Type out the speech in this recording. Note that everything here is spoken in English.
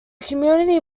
community